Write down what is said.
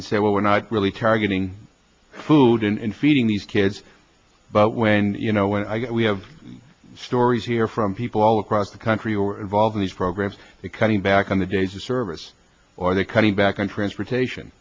can say well we're not really targeting food and feeding these kids but when you know when we have stories here from people all across the country or involved in these programs cutting back on the days of service or they're cutting back on transportation